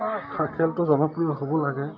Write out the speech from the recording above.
খ খেলটো জনপ্ৰিয় হ'ব লাগে